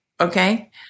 okay